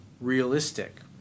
realistic